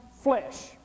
flesh